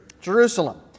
Jerusalem